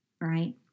right